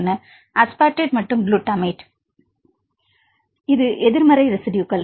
மாணவர் அஸ்பார்டேட் மற்றும் குளுட்டமேட் இது எதிர்மறை ரெஸிட்யுகள்